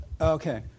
Okay